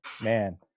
man